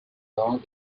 long